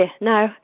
no